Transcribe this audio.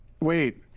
Wait